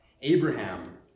Abraham